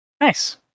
Nice